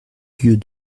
yeux